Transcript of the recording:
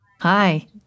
Hi